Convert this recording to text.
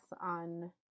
on